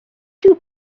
too